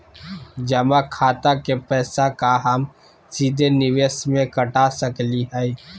जमा खाता के पैसा का हम सीधे निवेस में कटा सकली हई?